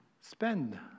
spend